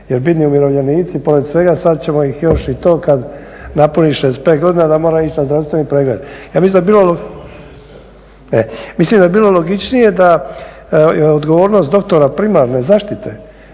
jer bidni umirovljenici pored svega sad ćemo ih još i to kad napuni 65 godina da mora ići na zdravstveni pregled. Mislim da bi bilo logičnije da je odgovornost doktora primarne zaštite,